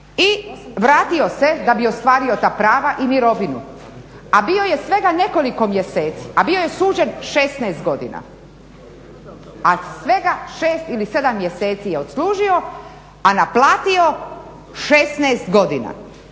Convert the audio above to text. i vratio se da bi ostvario ta prava i mirovinu, a bio je svega nekoliko mjeseci, a bio je suđen 16 godina, a sve 6 ili 7 mjeseci je odslužio, a naplatio 16 godina.